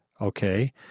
okay